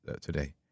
today